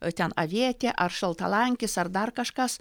ten avietė ar šaltalankis ar dar kažkas